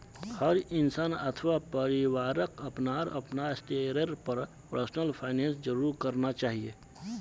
हर इंसान अथवा परिवारक अपनार अपनार स्तरेर पर पर्सनल फाइनैन्स जरूर करना चाहिए